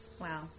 Wow